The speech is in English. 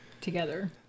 together